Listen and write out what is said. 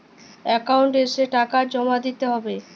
Account এসে টাকা জমা দিতে হবে?